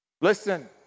Listen